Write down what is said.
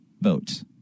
vote